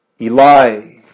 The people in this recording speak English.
Eli